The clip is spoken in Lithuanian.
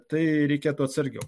tai reikėtų atsargiau